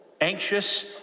anxious